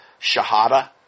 Shahada